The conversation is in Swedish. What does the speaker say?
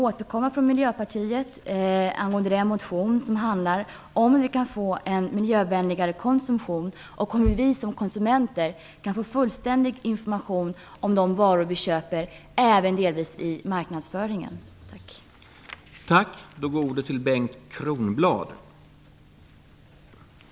Vi kommer från Miljöpartiet att återkomma angående den motion som handlar om hur vi kan få en miljövänligare konsumtion och om hur vi som konsumenter kan få fullständig information om de varor som vi köper, delvis även i marknadsföringen. Tack!